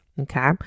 okay